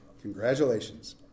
Congratulations